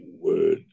word